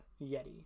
Yeti